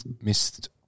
missed